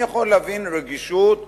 אני יכול להבין רגישות,